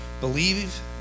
believe